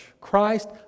Christ